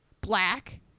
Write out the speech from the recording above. black